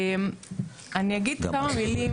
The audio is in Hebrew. אני אגיד כמה מילים